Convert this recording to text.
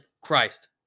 Christ